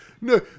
No